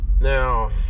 Now